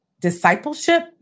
discipleship